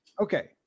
Okay